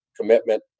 commitment